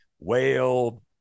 whale